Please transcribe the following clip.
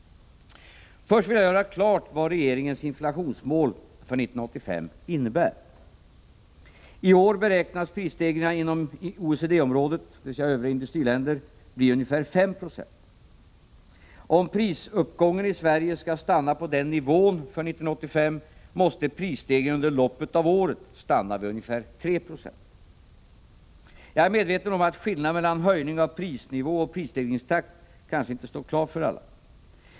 Först vill jag göra klart vad regeringens inflationsmål för 1985 innebär. I år beräknas prisstegringarna inom OECD-området — dvs. övriga industriländer — bli ungefär 5 76. Om prisuppgången i Sverige skall stanna på den nivån för 1985 måste prisstegringen under loppet av året stanna vid ungefär 3 96. Jag är medveten om att skillnaden mellan höjning av prisnivå och prisstegringstakt kanske inte står klar för alla.